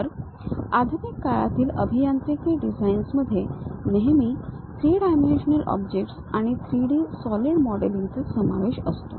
तर आधुनिक काळातील अभियांत्रिकी डिझाईन्स मध्ये नेहमी 3 डायमेन्शनल ऑब्जेक्ट्स आणि 3D सॉलिड मॉडेलिंग चा समावेश असतो